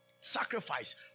Sacrifice